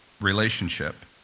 relationship